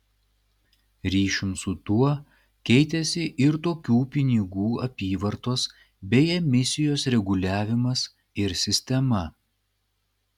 ryšium su tuo keitėsi ir tokių pinigų apyvartos bei emisijos reguliavimas ir sistema